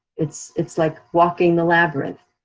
it's it's like walking the labyrinth.